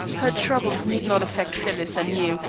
her troubles need not affect phyllis and you,